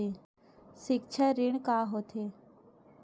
सिक्छा ऋण का होथे?